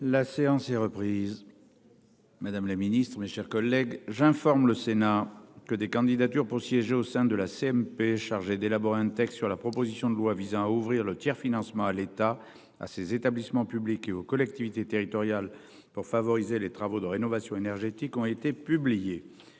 La séance est reprise. Madame la Ministre, mes chers collègues j'informe le Sénat que des candidatures pour siéger au sein de la CMP chargée d'élaborer un texte sur la proposition de loi visant à ouvrir le tiers-financement à l'état à ces établissements publics et aux collectivités territoriales pour favoriser les travaux de rénovation énergétique ont été publiés